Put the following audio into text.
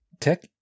Tech